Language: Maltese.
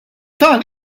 dan